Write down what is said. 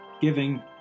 giving